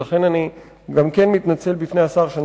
ולכן גם אני מתנצל בפני השר.